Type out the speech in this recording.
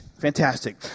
Fantastic